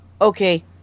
okay